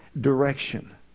Direction